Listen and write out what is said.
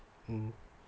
mmhmm